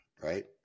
right